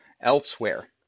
elsewhere